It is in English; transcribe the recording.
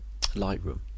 Lightroom